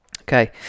okay